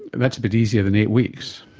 that's a bit easier than eight weeks.